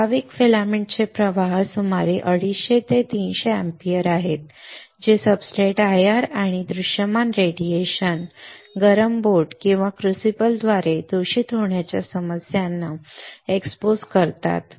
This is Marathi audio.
ठराविक फिलामेंटचे प्रवाह सुमारे 250 ते 300 अँपिअर आहेत जे सब्सट्रेट्स IR आणि दृश्यमान रेडिएशन गरम बोट किंवा क्रूसिबलद्वारे दूषित होण्याच्या समस्यांना एक्सपोज करतात